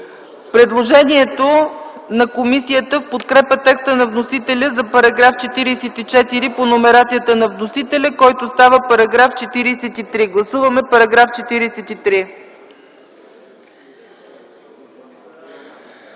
предложението на комисията в подкрепа текста на вносителя за § 44, по номерацията на вносителя, който става § 43. Гласуваме § 43.